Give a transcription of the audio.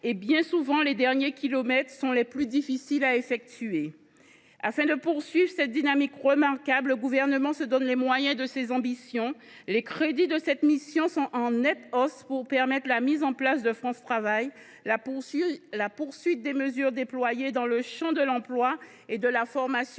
et, bien souvent, les derniers kilomètres sont les plus difficiles à effectuer. Afin de poursuivre cette dynamique remarquable, le Gouvernement se donne les moyens de ses ambitions. Les crédits de cette mission sont en nette hausse : il s’agit de mettre en place France Travail, de déployer différentes mesures en matière d’emploi, de formation